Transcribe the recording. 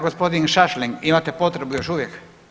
Gospodin Šašlin imate potrebu još uvijek?